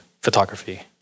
photography